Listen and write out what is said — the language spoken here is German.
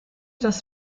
das